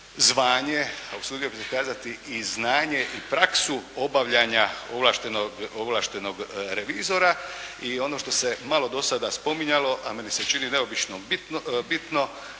zvanje, a usudio bih se kazati i znanje i praksu obavljanja ovlaštenog revizora i ono što se malo do sada spominjalo, a meni se čini neobično bitno